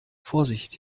vorsicht